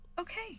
Okay